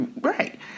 Right